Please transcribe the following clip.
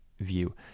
view